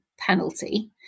penalty